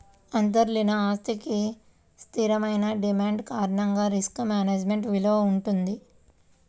అంతర్లీన ఆస్తికి స్థిరమైన డిమాండ్ కారణంగా రిస్క్ మేనేజ్మెంట్ విలువ వుంటది